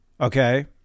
okay